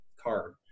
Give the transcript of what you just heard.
card